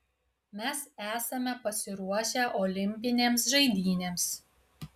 mes esame pasiruošę olimpinėms žaidynėms